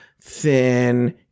thin